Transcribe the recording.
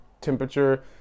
temperature